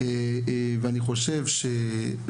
אדוני היושב-ראש,